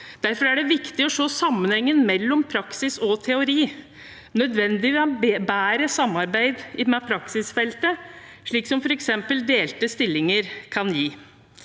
Derfor er det viktig å se sammenhengen mellom praksis og teori. Det er nødvendig med bedre samarbeid med praksisfeltet, slik som f.eks. delte stillinger kan gi.